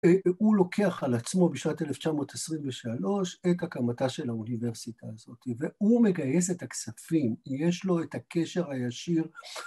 ‫הוא לוקח על עצמו בשנת 1923 ‫את הקמתה של האוניברסיטה הזאת, ‫והוא מגייס את הכספים, ‫יש לו את הקשר הישיר.